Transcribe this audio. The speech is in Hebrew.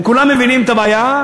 הם כולם מבינים את הבעיה,